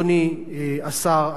אדוני השר,